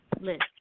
list